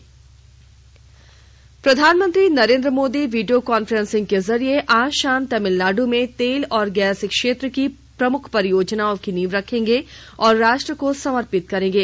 प्रधानमंत्री नींव प्रधानमंत्री नरेन्द्र मोदी वीडियो कॉन्फ्रेंसिंग के जरिए आज शाम तमिलनाड में तेल और गैस क्षेत्र की प्रमुख परियोजनाओं की नींव रखेंगे और राष्ट्र को समर्पित करेंगे